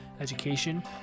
education